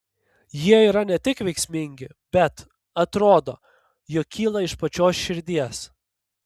jie yra ne tik veiksmingi bet atrodo jog kyla iš pačios širdies